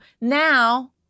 Now